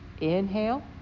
Inhale